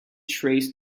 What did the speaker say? traced